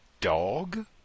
dog